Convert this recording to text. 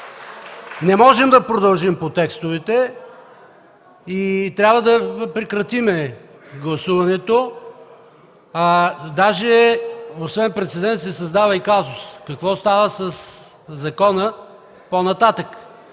не можем да продължим по текстовете и трябва да прекратим гласуването. Освен прецедент, се създава и казус – какво става със закона по-нататък?